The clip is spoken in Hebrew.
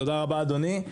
תודה רבה אדוני.